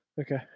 Okay